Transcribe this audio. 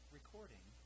Recording